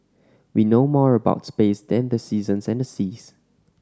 we know more about space than the seasons and the seas